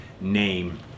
name